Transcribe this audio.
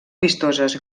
vistoses